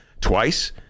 twice